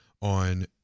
on